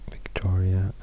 Victoria